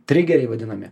trigeriai vadinami